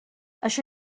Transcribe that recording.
això